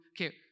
okay